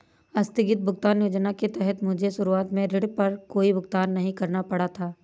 आस्थगित भुगतान योजना के तहत मुझे शुरुआत में ऋण पर कोई भुगतान नहीं करना पड़ा था